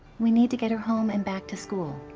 we need to get her home and back to school,